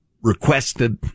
requested